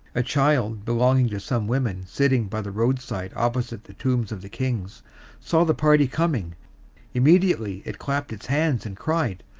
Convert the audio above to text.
a child belonging to some women sitting by the roadside opposite the tombs of the kings saw the party coming immediately it clapped its hands, and cried,